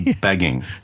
Begging